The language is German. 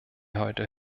heute